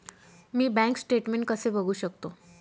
मी bank statement कसे बघू शकतो?